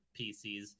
PCs